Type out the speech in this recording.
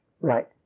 Right